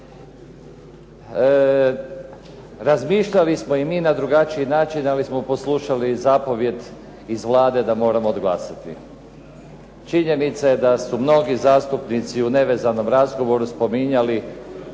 Razmišljali smo i mi na drugačiji način, ali smo poslušali zapovijed iz Vlade da moramo odglasati. Činjenica je da su mnogi zastupnici u nevezanom razgovoru spominjali